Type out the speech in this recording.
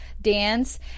dance